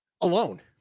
alone